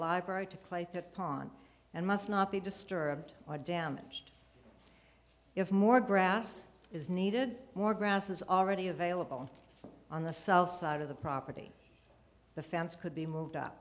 library to clay pit pond and must not be disturbed or damaged if more grass is needed more grass is already available on the south side of the property the fence could be moved up